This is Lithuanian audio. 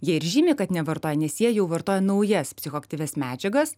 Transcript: jie ir žymi kad nevartoja nes jie jau vartoja naujas psichoaktyvias medžiagas